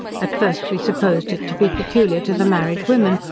at first we supposed it to be peculiar to the married women,